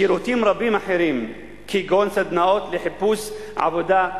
שירותים רבים אחרים, כגון סדנאות לחיפוש עבודה,